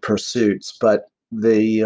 pursuits but the